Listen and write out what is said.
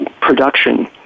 production